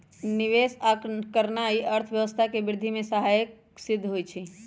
निवेश करनाइ अर्थव्यवस्था के वृद्धि में सहायक सिद्ध होइ छइ